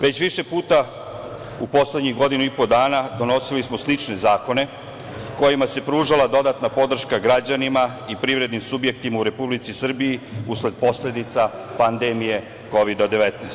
Već više puta u poslednjih godinu i po dana donosilo smo slične zakone kojima se pružala dodatna podrška građanima i privrednim subjektima u Republici Srbiji usled posledica pandemije Kovid-19.